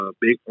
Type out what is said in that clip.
big